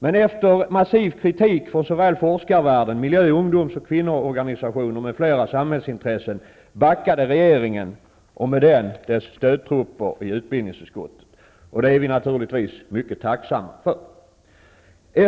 Men efter massiv kritik från forskarvärlden, miljö-, ungdoms och kvinnoorganisationer och andra samhällsintressen backade regerigen och med denna dess stödtrupper i utbildningsutskottet. Det är vi naturligtvis mycket tacksamma för.